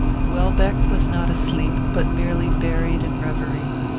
welbeck was not asleep, but merely buried in reverie.